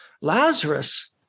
Lazarus